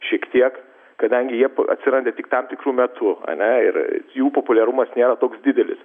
šiek tiek kadangi jie atsiranda tik tam tikru metu a ne ir jų populiarumas nėra toks didelis